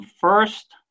first